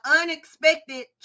unexpected